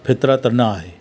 फितरत न आहे